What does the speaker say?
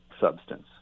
substance